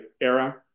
era